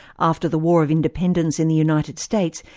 after the war of independence in the united states,